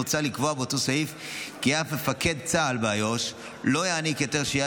מוצע לקבוע באותו סעיף כי אף מפקד צה"ל באיו"ש לא יעניק היתר שהייה